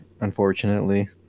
unfortunately